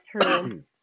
true